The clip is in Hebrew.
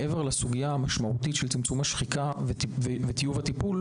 מעבר לסוגיה המשמעותית של צמצום השחיקה וטיוב הטיפול,